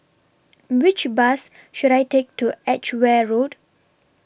Which Bus should I Take to Edgeware Road